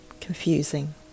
confusing